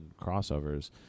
crossovers